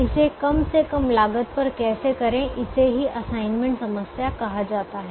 इसे कम से कम लागत पर कैसे करें इसे ही असाइनमेंट समस्या कहा जाता है